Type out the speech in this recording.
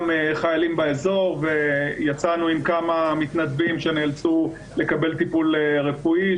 גם חיילים באזור ויצאנו עם כמה מתנדבים שנאלצו לקבל טיפול רפואי,